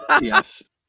yes